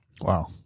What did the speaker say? wow